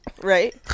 right